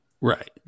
Right